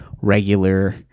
regular